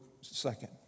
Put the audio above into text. second